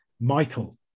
michael